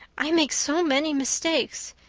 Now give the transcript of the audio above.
i make so many mistakes.